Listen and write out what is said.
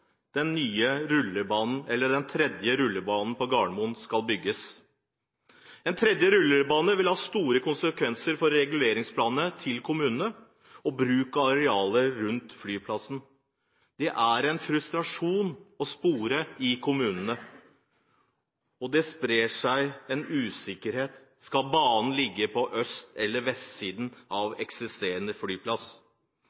den tredje rullebanen på Gardermoen skal bygges. En tredje rullebane vil ha store konsekvenser for reguleringsplanene til kommunene og bruken av arealer rundt flyplassen. Det er en frustrasjon å spore i kommunene, og det sprer seg en usikkerhet: Skal banen ligge på øst- eller vestsiden av